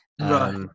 Right